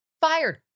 fired